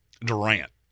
Durant